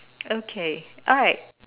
okay alright